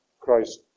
Christ